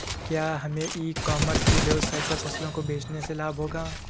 क्या हमें e commerce की वेबसाइट पर फसलों को बेचने से लाभ होगा?